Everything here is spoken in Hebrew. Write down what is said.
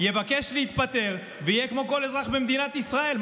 יבקש להתפטר ויהיה כמו כל אזרח במדינת ישראל.